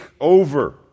over